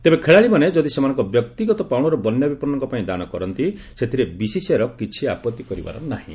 ତେବେ ଖେଳାଳିମାନେ ଯଦି ସେମାନଙ୍କ ବ୍ୟକ୍ତିଗତ ପାଉଣାରୁ ବନ୍ୟା ବିପନ୍ତଙ୍କ ପାଇଁ ଦାନ କରନ୍ତି ସେଥିରେ ବିସିସିଆଇର କିଛି ଆପତ୍ତି କରିବାର ନାହିଁ